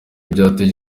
byateje